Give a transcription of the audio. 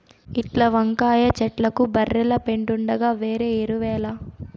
ఇంట్ల వంకాయ చెట్లకు బర్రెల పెండుండగా వేరే ఎరువేల